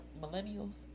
millennials